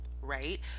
right